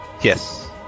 Yes